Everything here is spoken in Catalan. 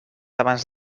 abans